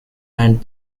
and